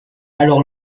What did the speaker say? alors